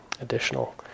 additional